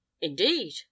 indeed